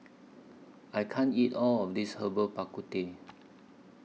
I can't eat All of This Herbal Bak Ku Teh